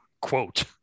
quote